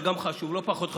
גם זה חשוב, לא פחות חשוב.